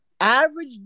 average